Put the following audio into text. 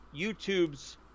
YouTube's